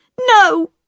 No